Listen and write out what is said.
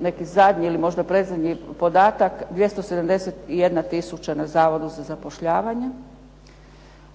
možda zadnji ili predzadnji podatak 271 tisuća na Zavodu za zapošljavanje,